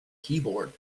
keyboard